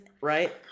Right